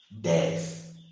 death